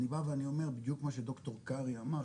אני אומר בדיוק מה שדוקטור קרעי אמר,